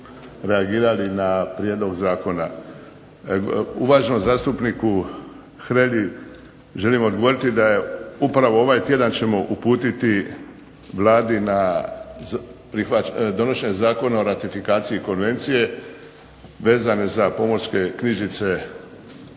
reagirali na prijedlog zakona. Uvaženom zastupniku Hrelji želim odgovoriti da je upravo ovaj tjedan ćemo uputiti Vladi donošenje Zakona o ratifikaciji konvencije vezane za pomorske knjižice i vjerujem